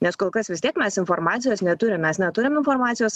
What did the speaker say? nes kol kas vis tiek mes informacijos neturim mes neturim informacijos